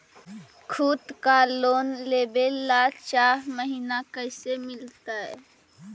खूत पर लोन लेबे ल चाह महिना कैसे मिलतै?